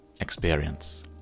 experience